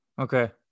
Okay